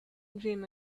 dream